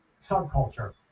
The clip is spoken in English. subculture